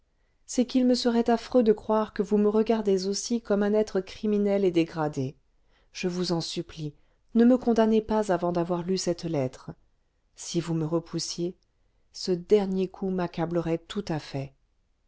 c'est qu'il me serait affreux de croire que vous me regardez aussi comme un être criminel et dégradé je vous en supplie ne me condamnez pas avant d'avoir lu cette lettre si vous me repoussiez ce dernier coup m'accablerait tout à fait